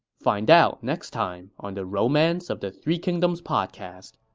find out next time on the romance of the three kingdoms podcast.